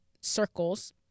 circles